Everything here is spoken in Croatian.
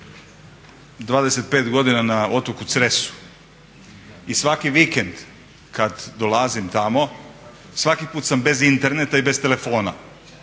25 godina na otoku Cresu i svaki vikend kad dolazim tamo svaki put sam bez interneta i bez telefona,